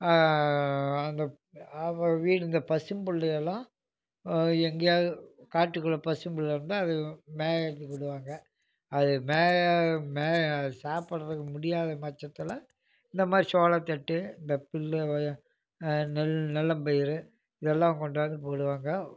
அந்த அப்புறம் வீடு இந்த பசும் புல்லுயெல்லாம் எங்கேயாவது காட்டுக்குள்ள பசும்புல் வந்து அது மேயிறத்துக்கு விடுவாங்க அது மேய மேயிறது சாப்பிடுறதுக்கு முடியாத பச்சத்தில் இந்த மாதிரி சோளத்தட்டு இந்த புல்லு நெல் நெல்லம் பயிறு இதெல்லாம் கொண்டாந்து போடுவாங்க